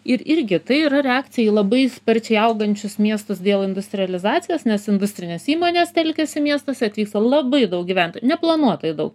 ir irgi tai yra reakcija į labai sparčiai augančius miestus dėl industrializacijos nes industrinės įmonės telkiasi miestuose atvyksta labai daug gyvent neplanuotai daug